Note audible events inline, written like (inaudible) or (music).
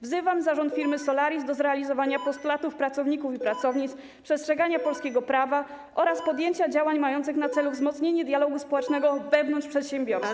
Wzywam zarząd firmy Solaris (noise) do zrealizowania postulatów pracowników i pracownic, przestrzegania polskiego prawa oraz podjęcia działań mających na celu wzmocnienie dialogu społecznego wewnątrz przedsiębiorstwa.